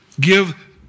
give